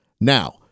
Now